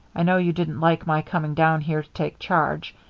i know you didn't like my coming down here to take charge.